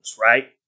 right